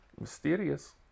Mysterious